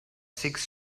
six